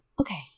Okay